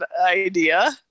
idea